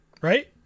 Right